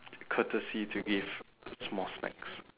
courtesy to give small snacks